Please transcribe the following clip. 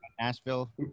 Nashville